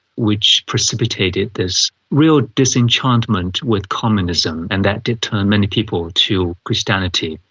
which precipitated this real disenchantment with communism and that did turn many people to christianity.